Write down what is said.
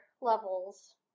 levels